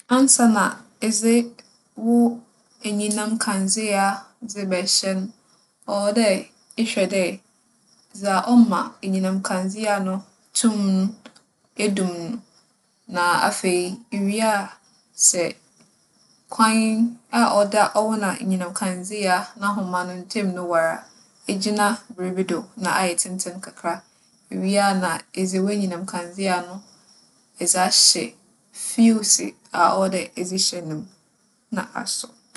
Ansaana edze wo enyinam kandzea dze bɛhyɛ no, ͻwͻ dɛ ehwɛ dɛ dza ͻma enyinam kandzea no tum no, edum no. Na afei iwie a, sɛ kwan a ͻda ͻwo na enyinam kandzea n'ahoma ne ntamu no war a, egyina biribi do na ayɛ tsentsen kakra. Iwie a na edze w'enyinam kandzea no edze ahyɛ fuuse a ͻwͻ dɛ edze hyɛ no mu na asͻ.